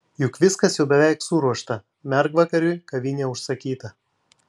juk viskas jau beveik suruošta mergvakariui kavinė užsakyta